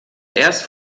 erst